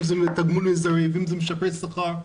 אם זה תגמול מזערי ואם זה משפרי שכר.